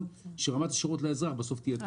שרמת השירות לאזרח בסוף תהיה טובה.